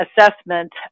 assessment